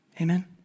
Amen